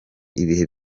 ibihe